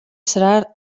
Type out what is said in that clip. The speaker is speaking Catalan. serà